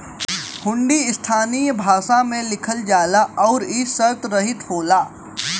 हुंडी स्थानीय भाषा में लिखल जाला आउर इ शर्तरहित होला